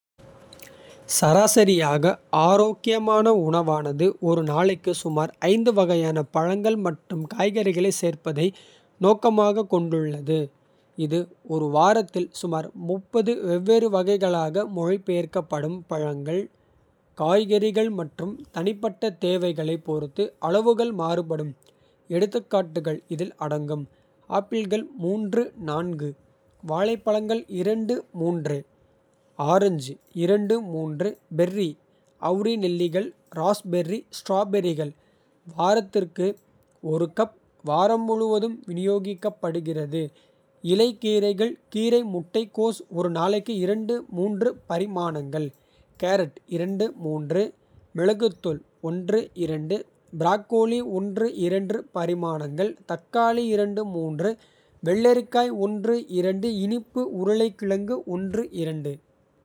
சராசரியாக ஆரோக்கியமான உணவானது ஒரு. நாளைக்கு சுமார் வகையான பழங்கள் மற்றும். காய்கறிகளைச் சேர்ப்பதை நோக்கமாகக் கொண்டுள்ளது. இது ஒரு வாரத்தில் சுமார் வெவ்வேறு வகைகளாக. மொழிபெயர்க்கப்படும் பழங்கள் காய்கறிகள். மற்றும் தனிப்பட்ட தேவைகளைப் பொறுத்து அளவுகள். மாறுபடும் எடுத்துக்காட்டுகள் இதில் அடங்கும். ஆப்பிள்கள் வாழைப்பழங்கள் ஆரஞ்சு. பெர்ரி அவுரிநெல்லிகள் ராஸ்பெர்ரி. ஸ்ட்ராபெர்ரிகள் வாரத்திற்கு கப். வாரம் முழுவதும் விநியோகிக்கப்படுகிறது இலை கீரைகள் கீரை முட்டைக்கோஸ். ஒரு நாளைக்கு பரிமாணங்கள் கேரட் மிளகுத்தூள். ப்ரோக்கோலி பரிமாணங்கள் தக்காளி. வெள்ளரிக்காய் இனிப்பு உருளைக்கிழங்கு.